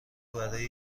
برای